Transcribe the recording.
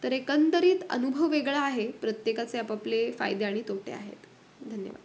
तर एकंदरीत अनुभव वेगळा आहे प्रत्येकाचे आपापले फायदे आणि तोटे आहेत धन्यवाद